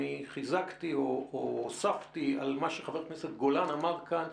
אני חיזקתי או הוספתי על מה שחבר הכנסת גולן אמר כאן.